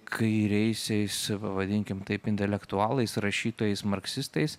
kairiaisiais vadinkim taip intelektualais rašytojais marksistais